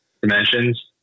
dimensions